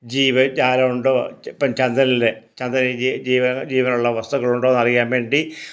ജീവജാലം ഉണ്ടോ ഇപ്പം ചന്ദ്രനിലെ ചന്ദ്രനിലെ ജീവൻ ജീവനുള്ള വസ്തുക്കളുണ്ടോന്നറിയാൻ വേണ്ടി